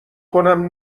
کنم